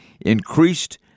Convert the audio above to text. increased